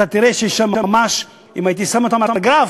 אתה תראה ששם ממש, אם הייתי שם אותם על גרף,